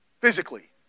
physically